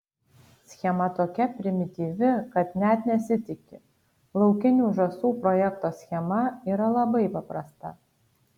schema tokia primityvi kad net nesitiki laukinių žąsų projekto schema yra labai paprasta